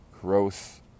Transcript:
growth